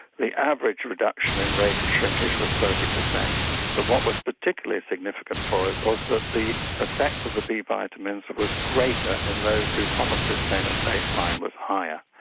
the average reduction in rate of shrinkage was thirty percent but what was particularly significant for us was that the effect of the b vitamins was greater in those whose homocysteine at base line was higher.